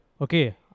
Okay